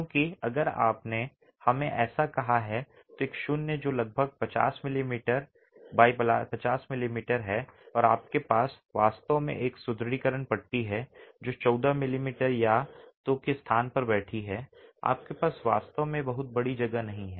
क्योंकि अगर आपने हमें ऐसा कहा है तो एक शून्य जो लगभग 50 मिमी x 50 मिमी है और आपके पास वास्तव में एक सुदृढीकरण पट्टी है जो 14 मिमी या तो के स्थान पर बैठी है आपके पास वास्तव में बहुत बड़ी जगह नहीं है